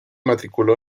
matriculó